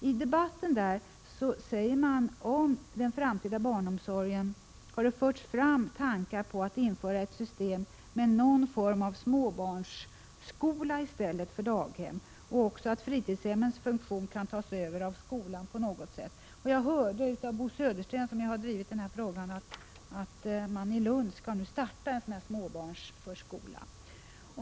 I debatten om den framtida barnomsorgen har förts fram tankar på införande av ett system med någon form av småbarnsskola i stället för daghem, i vilken fritidshemmens funktion tas över av skolan på något sätt. Jag har av Bo Södersten, som drivit denna fråga, hört att man nu i Lund skall starta en sådan småbarnsförskola.